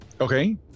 Okay